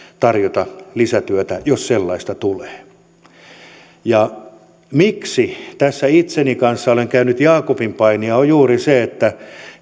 tarjota lisätyötä jos sellaista tulee syy siihen miksi tässä itseni kanssa olen käynyt jaakobinpainia on juuri se että